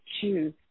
choose